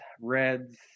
Reds